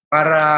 Para